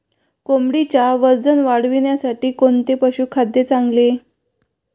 कोंबडीच्या वजन वाढीसाठी कोणते पशुखाद्य चांगले?